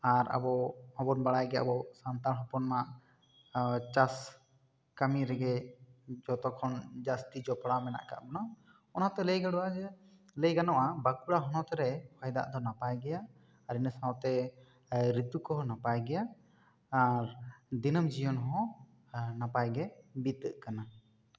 ᱟᱨ ᱟᱵᱚ ᱟᱵᱚᱱ ᱵᱟᱲᱟᱭ ᱜᱮᱭᱟ ᱵᱚᱱ ᱥᱟᱱᱛᱟᱲ ᱦᱚᱯᱚᱱ ᱢᱟ ᱪᱟᱥ ᱠᱟᱹᱢᱤ ᱨᱮᱜᱮ ᱡᱚᱛᱚ ᱠᱷᱚᱱ ᱡᱟᱹᱥᱛᱤ ᱡᱚᱯᱲᱟᱣ ᱢᱮᱱᱟᱜ ᱠᱟᱜ ᱵᱚᱱᱟ ᱚᱱᱟᱛᱮ ᱞᱟᱹᱭ ᱜᱟᱱᱚᱜᱼᱟ ᱡᱮ ᱞᱟᱹᱭ ᱜᱟᱱᱚᱜᱼᱟ ᱵᱟᱸᱠᱩᱲᱟ ᱦᱚᱱᱚᱛ ᱨᱮ ᱦᱚᱭ ᱫᱟᱜ ᱫᱚ ᱱᱟᱯᱟᱭ ᱜᱮᱭᱟ ᱟᱨ ᱤᱱᱟᱹ ᱥᱟᱶᱛᱮ ᱨᱤᱛᱩ ᱦᱚᱸ ᱱᱟᱯᱟᱭ ᱜᱮᱭᱟ ᱟᱨ ᱫᱤᱱᱟᱹᱢ ᱡᱤᱭᱚᱱ ᱦᱚᱸ ᱱᱟᱯᱟᱭ ᱜᱮ ᱵᱤᱛᱟᱹᱜ ᱠᱟᱱᱟ